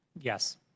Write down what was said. Yes